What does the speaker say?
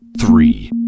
three